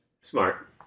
smart